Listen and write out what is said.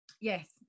yes